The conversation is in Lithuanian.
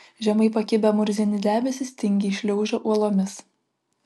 žemai pakibę murzini debesys tingiai šliaužė uolomis